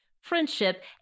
friendship